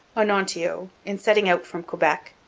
onontio, in setting out from quebec,